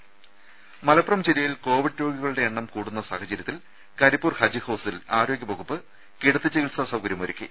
രുമ മലപ്പുറം ജില്ലയിൽ കോവിഡ് രോഗികളുടെ എണ്ണം കൂടുന്ന സാഹചര്യത്തിൽ കരിപ്പൂർ ഹജ്ജ് ഹൌസിൽ ആരോഗ്യവകുപ്പ് കിടത്തി ചികിത്സാ സൌകര്യമൊരുക്കി